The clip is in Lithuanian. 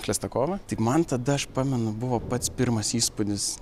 chlestakovą tik man tada aš pamenu buvo pats pirmas įspūdis